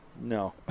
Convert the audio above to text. No